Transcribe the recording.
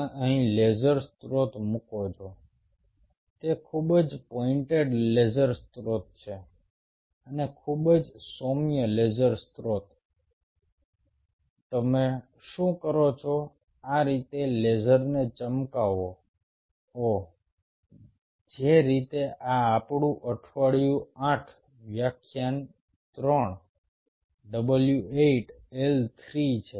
તમે અહીં લેસર સ્રોત મૂકો છો તે ખૂબ જ પોઇન્ટેડ લેસર સ્ત્રોત છે અને ખૂબ જ સૌમ્ય લેસર સ્ત્રોત તમે શું કરો છો આ રીતે લેસરને ચમકાવો ઓહ જે રીતે આ આપણું અઠવાડિયું 8 વ્યાખ્યાન 3 w 8 L 3 છે